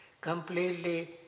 completely